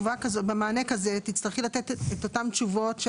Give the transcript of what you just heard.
במענה כזה תצטרכי לתת את אותן תשובות,